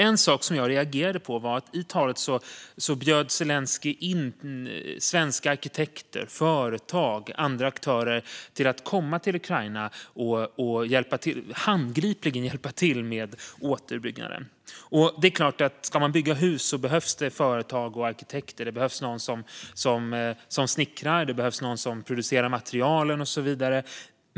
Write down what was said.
En sak som jag reagerade på var att Zelenskyj i sitt tal bjöd in svenska arkitekter, företag och andra aktörer att komma till Ukraina och handgripligen hjälpa till med återuppbyggnaden. Det är klart att det behövs företag och arkitekter om man ska bygga hus. Det behövs någon som snickrar, producerar material och så vidare.